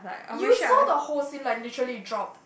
you saw the whole scene like literally it dropped